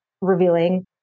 revealing